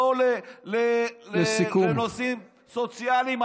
לא לנושאים סוציאליים,